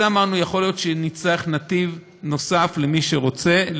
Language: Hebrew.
אמרנו שיכול להיות שנצטרך נתיב נוסף למי שרוצה,